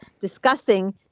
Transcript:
discussing